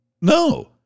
no